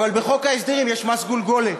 אבל בחוק ההסדרים יש מס גולגולת.